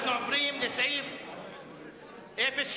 אנחנו עוברים לסעיף 07,